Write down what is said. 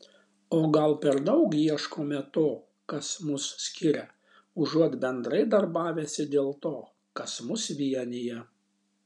o gal per daug ieškome to kas mus skiria užuot bendrai darbavęsi dėl to kas mus vienija